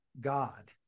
god